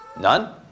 None